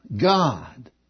God